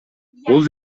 бул